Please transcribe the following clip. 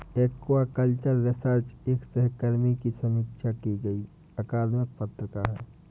aquaculture research एक सहकर्मी की समीक्षा की गई अकादमिक पत्रिका है